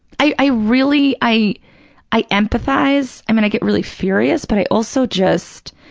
i i really, i i empathize. i mean, i get really furious, but i also just,